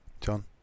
John